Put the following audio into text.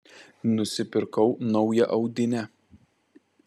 nusipirkau naują audinę